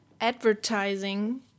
advertising